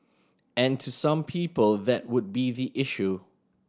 and to some people that would be the issue